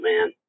man